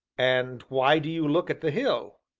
and why do you look at the hill?